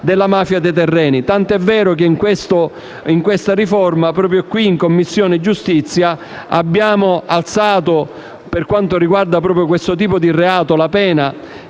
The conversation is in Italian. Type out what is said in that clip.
Tanto è vero che in questa riforma, proprio in Commissione giustizia, abbiamo alzato, per quanto riguarda proprio questo tipo di reato, la pena: